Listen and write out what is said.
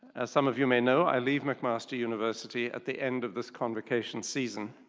as some of you may know, i leave mcmaster university at the end of this convocation season.